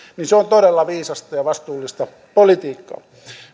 niin se on todella viisasta ja vastuullista politiikkaa